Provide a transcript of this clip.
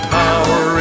power